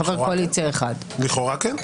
לכאורה כן.